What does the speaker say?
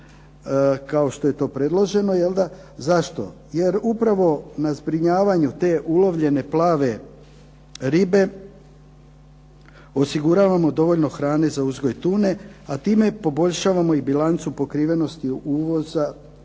kao što je to predloženo, jel'da. Zašto? Jer upravo na zbrinjavanju te ulovljene plave ribe osiguravamo dovoljno hrane za uzgoj tune, a time poboljšavamo i bilancu pokrivenosti uvoza